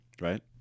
right